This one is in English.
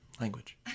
Language